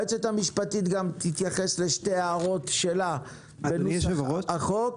היועצת המשפטית גם תתייחס לשתי הערות שלה על נוסח החוק.